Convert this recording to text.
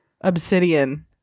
Obsidian